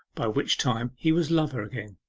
by which time he was lover again.